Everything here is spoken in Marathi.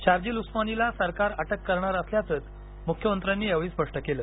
शार्जिल उस्मानीला सरकार अटक करणारच असल्याचं मुख्यमंत्र्यांनी यावेळी स्पष्ट केलं